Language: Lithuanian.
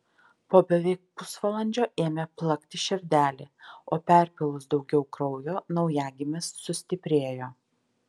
po beveik pusvalandžio ėmė plakti širdelė o perpylus daugiau kraujo naujagimis sustiprėjo